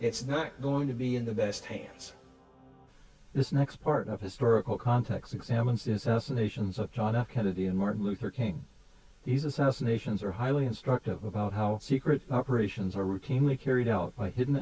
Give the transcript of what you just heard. it's not going to be in the best hands this next part of historical context examines this us nations of john f kennedy and martin luther king these assassinations are highly instructive about how secret operations are routinely carried out by hidden